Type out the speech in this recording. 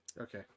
okay